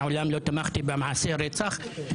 מעולם לא תמכתי במעשה רצח.